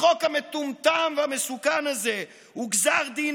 החוק המטומטם והמסוכן הזה הוא גזר דין